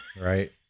Right